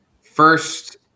first